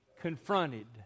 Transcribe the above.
confronted